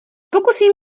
pokusím